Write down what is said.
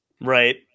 Right